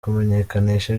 kumenyekanisha